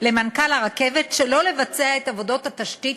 למנכ"ל הרכבת שלא לבצע את עבודות התשתית